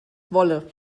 wolle